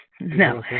No